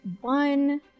one